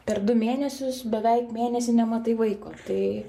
per du mėnesius beveik mėnesį nematai vaiko tai